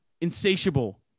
insatiable